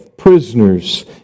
prisoners